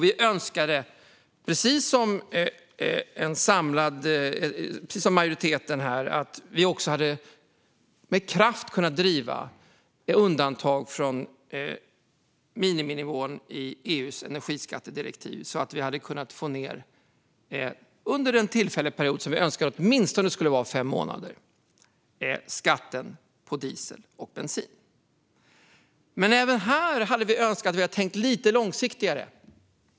Vi önskar, precis som majoriteten här, att vi med kraft hade kunnat driva på för ett undantag från miniminivån i EU:s energiskattedirektiv under en tillfällig period, åtminstone fem månader, så att vi kan få ned skatten på diesel och bensin. Vi önskar att man även hade tänkt lite långsiktigare.